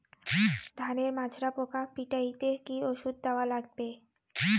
ধানের মাজরা পোকা পিটাইতে কি ওষুধ দেওয়া লাগবে?